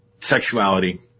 Sexuality